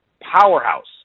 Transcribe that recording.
powerhouse